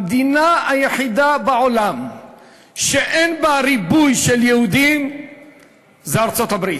המדינה היחידה בעולם שאין בה ריבוי של יהודים זה ארצות-הברית.